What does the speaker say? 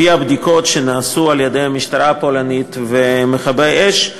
לפי הבדיקות שנעשו על-ידי המשטרה הפולנית ומכבי אש,